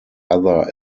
other